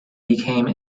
became